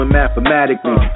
mathematically